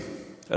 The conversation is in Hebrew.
תודה.